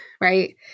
right